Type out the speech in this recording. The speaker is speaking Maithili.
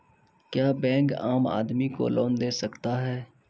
क्या बैंक आम आदमी को लोन दे सकता हैं?